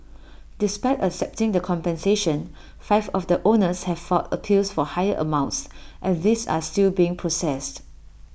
despite accepting the compensation five of the owners have filed appeals for higher amounts and these are still being processed